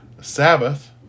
Sabbath